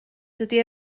dydy